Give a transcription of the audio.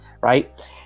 right